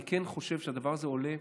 אני כן חושב שהדבר הזה עולה,